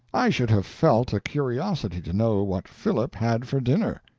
i should have felt a curiosity to know what philip had for dinner.